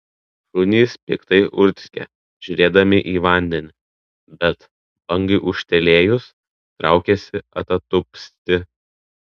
šunys piktai urzgė žiūrėdami į vandenį bet bangai ūžtelėjus traukėsi atatupsti